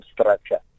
structure